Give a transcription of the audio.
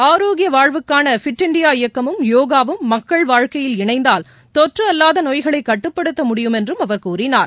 ஆரோக்கிய வாழ்வுக்காள fit India இயக்கமும் போகாவும் மக்கள் வாழ்க்கையில் இணைந்தால் தொற்று அல்வாத நோய்களை கட்டுப்படுத்த முடியும் என்றும் அவர் கூறினார்